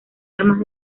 armas